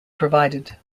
provided